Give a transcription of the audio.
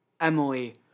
Emily